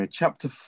chapter